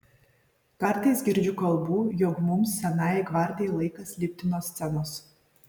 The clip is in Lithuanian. kartais girdžiu kalbų jog mums senajai gvardijai laikas lipti nuo scenos